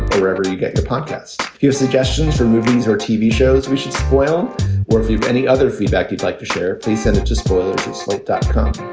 wherever you get your podcast, your suggestions for movies or tv shows, we should spoil or if you've any other feedback you'd like to share. please send it to spoilers at and slate dot com.